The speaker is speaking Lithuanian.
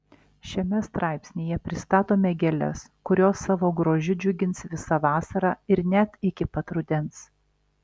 šiame straipsnyje pristatome gėles kurios savo grožiu džiugins visą vasarą ir net iki pat rudens